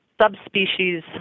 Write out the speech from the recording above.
subspecies